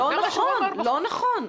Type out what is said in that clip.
לא נכון.